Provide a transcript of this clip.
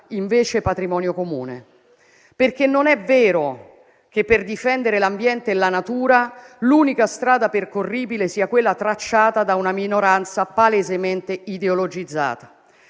invece patrimonio comune, perché non è vero che per difendere l'ambiente e la natura l'unica strada percorribile sia quella tracciata da una minoranza palesemente ideologizzata.